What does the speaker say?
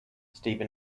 steve